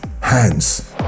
Hands